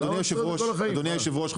אדוני היושב ראש,